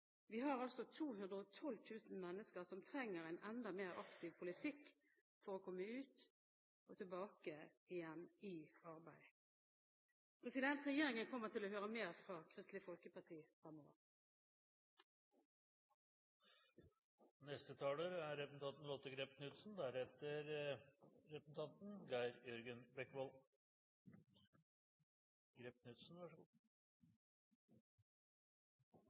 Vi har altså 212 000 mennesker som trenger en enda mer aktiv politikk for å komme ut og tilbake igjen i arbeid. Regjeringen kommer til å høre mer fra Kristelig Folkeparti fremover. Vi vil i framtiden møte en situasjon med flere eldre. Det er